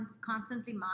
constantly